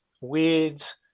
weeds